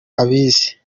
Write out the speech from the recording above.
abizi